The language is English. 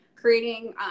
creating